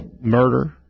Murder